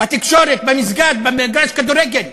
בתקשורת, במסגד, במגרש כדורגל.